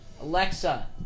Alexa